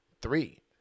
three